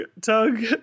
Tug